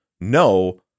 no